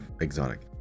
exotic